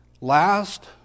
last